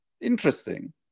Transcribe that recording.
Interesting